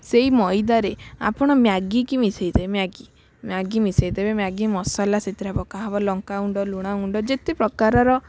ସେଇ ମଇଦାରେ ଆପଣ ମ୍ୟାଗିକି ମିଶାଇବେ ମ୍ୟାଗି ମ୍ୟାଗି ମିଶାଇ ଦେବେ ମ୍ୟାଗି ମସଲା ସେଥିରେ ପକାହବ ଲଙ୍କାଗୁଣ୍ଡ ଲୁଣ ଗୁଣ୍ଡ ଯେତେ ପ୍ରକାରର